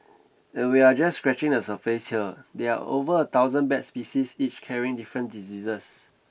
and we're just scratching the surface here there are over a thousand bat species each carrying different diseases